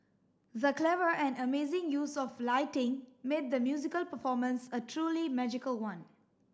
the clever and amazing use of lighting made the musical performance a truly magical one